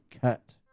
cut